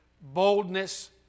boldness